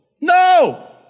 No